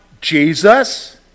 Jesus